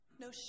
no